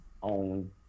on